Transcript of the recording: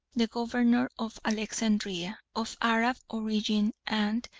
the governor of alexandria, of arab origin, and,